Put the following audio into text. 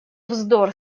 вздор